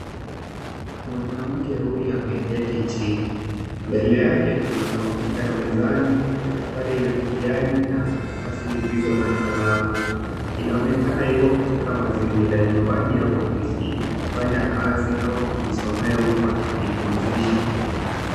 Mwanamke huyu ameketi chini. Mbele yake kuna kompyuta mezani, daftari la kijani na karatasi zilizo na kalamu. Inaonekana yuko katika mazingira ya nyumbani au ofisi akifanya kazi au kujisomea huku akiji pumzisha.